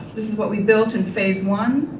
this is what we built in phase one.